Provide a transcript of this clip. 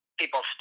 people